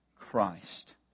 Christ